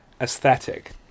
aesthetic